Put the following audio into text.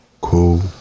Cool